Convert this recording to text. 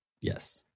Yes